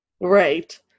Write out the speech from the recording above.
Right